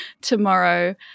tomorrow